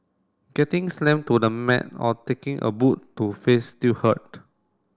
getting slammed to the mat or taking a boot to face still hurt